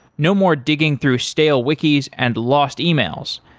no more digging through stale wikis and lost emails.